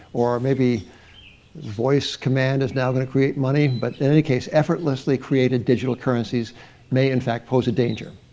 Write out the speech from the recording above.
or maybe voice command is now going to create money. but in any case, effortlessly created digital currencies may, in fact, pose a danger.